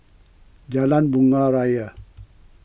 Jalan Bunga Raya